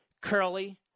Curly